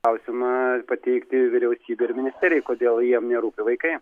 klausimą pateikti vyriausybei ir ministerijai kodėl jiem nerūpi vaikai